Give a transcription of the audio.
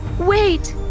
wait!